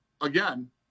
again